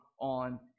on